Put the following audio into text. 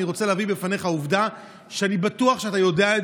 אני רוצה להביא בפניך עובדה שאני בטוח שאתה יודע,